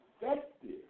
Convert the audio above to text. effective